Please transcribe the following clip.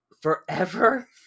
forever